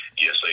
Yes